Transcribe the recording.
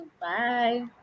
Bye